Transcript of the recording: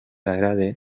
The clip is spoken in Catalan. agrade